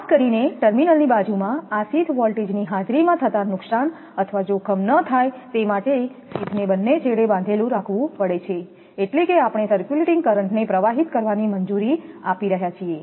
ખાસ કરીને ટર્મિનલની બાજુમાં આ શીથ વોલ્ટેજની હાજરીમાં થતા નુકસાન અથવા જોખમ ન થાય તે માટે શીથને બંને છેડે બાંધેલું રાખવું પડે છે એટલે કે આપણે સર્ક્યુલેટિંગ કરંટ ને પ્રવાહિત કરવાની મંજૂરી આપી રહ્યા છીએ